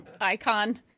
icon